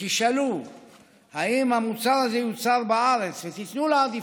תשאלו אם המוצר הזה יוצר בארץ ותיתנו לו עדיפות.